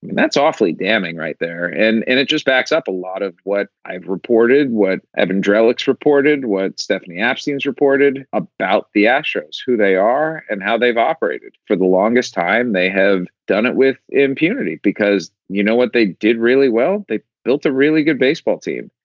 that's awfully damning right there. and it just backs up a lot of what i've reported, what evan dreadlocks reported, what stephanie actually has reported about the astros, who they are and how they've operated for the longest time. they have done it with impunity because you know what? they did really well. they built a really good baseball team.